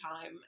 time